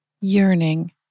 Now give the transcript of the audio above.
yearning